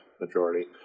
majority